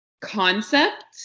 concept